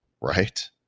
Right